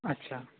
अच्छा